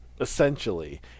essentially